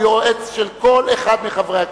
הוא יועץ של כל אחד מחברי הכנסת,